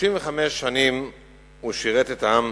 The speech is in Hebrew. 35 שנים הוא שירת את העם,